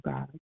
God